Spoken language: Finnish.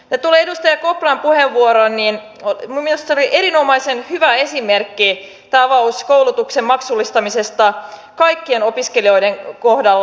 mitä tulee edustaja kopran puheenvuoroon niin minun mielestäni se oli erinomaisen hyvä esimerkki tai avaus koulutuksen maksullistamisesta kaikkien opiskelijoiden kohdalla